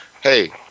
hey